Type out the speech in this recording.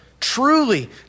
Truly